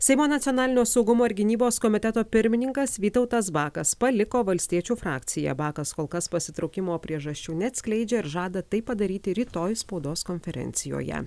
seimo nacionalinio saugumo ir gynybos komiteto pirmininkas vytautas bakas paliko valstiečių frakciją bakas kol kas pasitraukimo priežasčių neatskleidžia ir žada tai padaryti rytoj spaudos konferencijoje